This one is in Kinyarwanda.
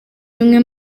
bimwe